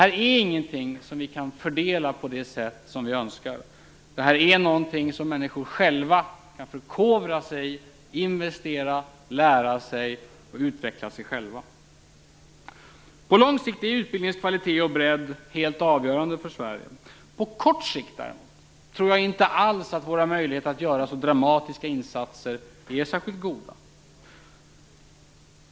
Det ger ingenting som vi kan fördela på det sätt som vi önskar. Det här är någonting som människor kan förkovra sig och investera i, lära sig och utveckla sig själva med. På lång sikt är utbildningens kvalitet och bredd helt avgörande för Sverige. På kort sikt tror jag inte alls att våra möjligheter att göra så dramatiska insatser är särskilt goda.